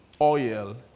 oil